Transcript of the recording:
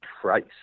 price